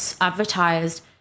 advertised